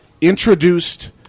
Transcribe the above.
introduced